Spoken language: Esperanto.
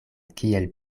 kiel